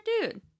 dude